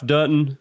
Dutton